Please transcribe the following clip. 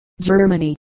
Germany